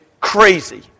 crazy